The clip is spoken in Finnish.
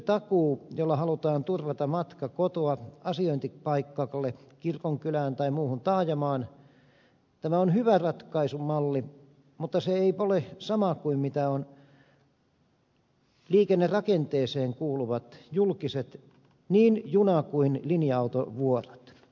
kyytitakuu jolla halutaan turvata matka kotoa asiointipaikalle kirkonkylään tai muuhun taajamaan on hyvä ratkaisumalli mutta se ei ole sama kuin mitä on liikennerakenteeseen kuuluvat julkiset niin juna kuin linja autovuorot